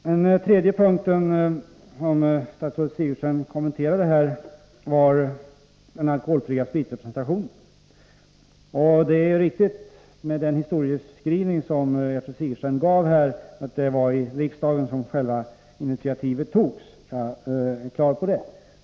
Den tredje punkt som statsrådet Sigurdsen kommenterade gällde den alkoholfria representationen. Gertrud Sigurdsens historieskrivning var riktig. Det var i riksdagen som själva initiativet togs.